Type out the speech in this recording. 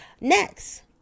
Next